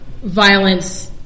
violence